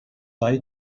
dau